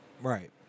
Right